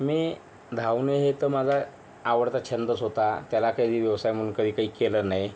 मी धावणे हे तर माझा आवडता छंदच होता त्याला कधी व्यवसाय म्हणून कधी काही केलं नाही